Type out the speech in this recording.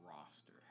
roster